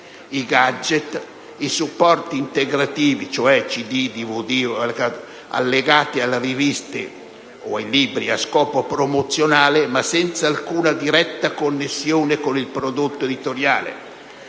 *gadget;* supporti integrativi (cioè CD o DVD) allegati alla rivista a scopo promozionale, ma senza alcuna diretta connessione con il prodotto editoriale;